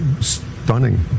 stunning